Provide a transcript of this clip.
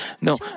No